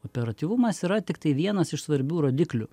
operatyvumas yra tiktai vienas iš svarbių rodiklių